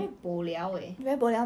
why not